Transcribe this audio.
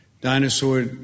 dinosaur